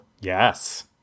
yes